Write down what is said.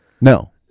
No